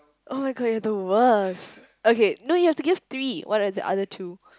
[oh]-my-god you're the worst okay no you have to give three what are the other two